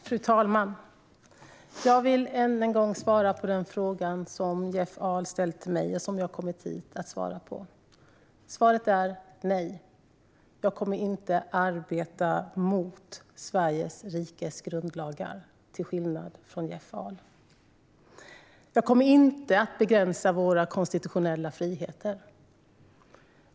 Fru talman! Jag vill än en gång svara på den fråga som Jeff Ahl ställt till mig och som jag har kommit hit för att svara på. Svaret är: Nej. Jag kommer inte att arbeta mot Sveriges rikes grundlagar, till skillnad från Jeff Ahl. Jag kommer inte att begränsa våra konstitutionella friheter.